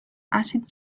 acid